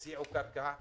הציעו קרקע בנחף.